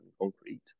concrete